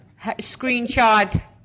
screenshot